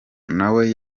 nawe